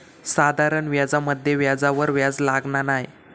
साधारण व्याजामध्ये व्याजावर व्याज लागना नाय